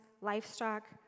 livestock